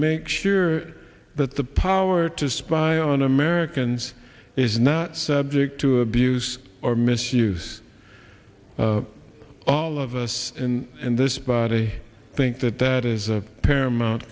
make sure that the power to spy on americans is not subject to abuse or misuse all of us in this but i think that that is a paramount